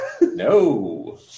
No